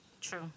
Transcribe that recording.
true